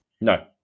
No